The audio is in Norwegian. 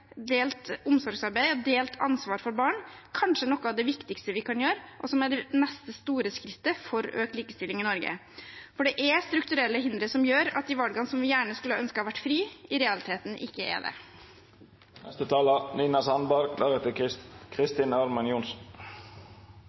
delt omsorgsarbeid og delt ansvar for barn kanskje noe av det viktigste vi kan gjøre, og det neste store skrittet for økt likestilling i Norge. Det er strukturelle hindre som gjør at de valgene vi skulle ønske hadde vært frie, i realiteten ikke er